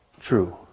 true